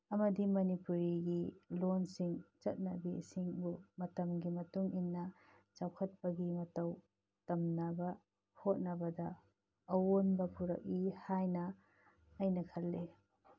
ꯑꯃꯗꯤ ꯃꯅꯤꯄꯨꯔꯤꯒꯤ ꯂꯣꯟꯁꯤꯡ ꯆꯠꯅꯕꯤꯁꯤꯡꯕꯨ ꯃꯇꯝꯒꯤ ꯃꯇꯨꯡ ꯏꯟꯅ ꯆꯥꯎꯈꯠꯄꯒꯤ ꯃꯇꯧ ꯇꯝꯅꯕ ꯍꯣꯠꯅꯕꯗ ꯑꯑꯣꯟꯕ ꯄꯨꯔꯛꯏ ꯍꯥꯏꯅ ꯑꯩꯅ ꯈꯜꯂꯤ